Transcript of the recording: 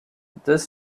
this